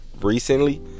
recently